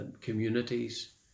communities